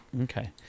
Okay